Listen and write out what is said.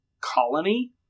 colony